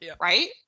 Right